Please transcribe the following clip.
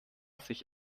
sich